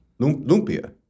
lumpia